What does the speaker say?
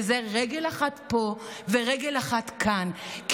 והוא רגל אחת פה ורגל אחת כאן?